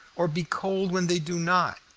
or be cold when they do not?